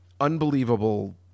unbelievable